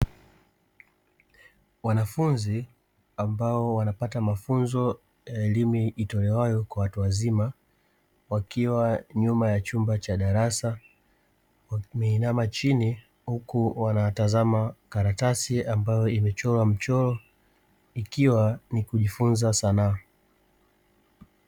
Wanafunzi ambao wanapata mafunzo ya elimu itolewayo kwa watu wazima wakiwa ndani ya chumba cha darasa, wameinama chini huku wanatazama karatasi ambayo imechorwa ikiwa ni kujifunza sanaa.